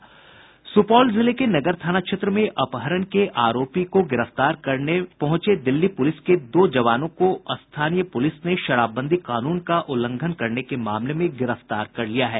सूपौल जिले के नगर थाना क्षेत्र में अपहरण के आरोपी को गिरफ्तार करने पहुंचे दिल्ली पुलिस के दो जवानों को स्थानीय पुलिस ने शराबबंदी कानून का उल्लंघन करने के मामले में गिरफ्तार कर लिया है